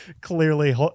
clearly